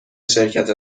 شرکت